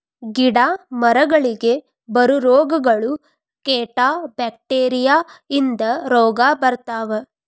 ಗಿಡಾ ಮರಗಳಿಗೆ ಬರು ರೋಗಗಳು, ಕೇಟಾ ಬ್ಯಾಕ್ಟೇರಿಯಾ ಇಂದ ರೋಗಾ ಬರ್ತಾವ